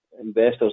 investors